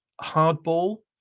Hardball